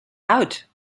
out